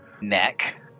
neck